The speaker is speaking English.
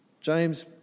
James